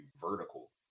vertical